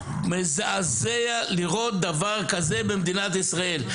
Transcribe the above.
מזעזע לראות דבר כזה במדינת ישראל,